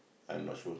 I'm not sure